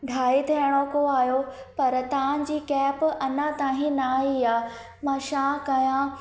ढाई थियण खो आहियो पर तव्हांजी कैब अञा ताईं न आई आहे मां छा कयां